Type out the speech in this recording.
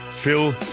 Phil